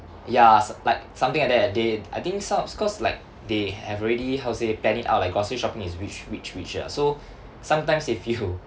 ya s~ like something like that they I think some cause like they have already how to say plan it out like grocery shopping is which which which ah so sometimes if you